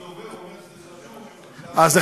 או שאם הדובר אומר שזה חשוב, אז גם.